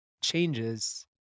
changes